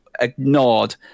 ignored